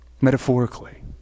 metaphorically